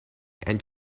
and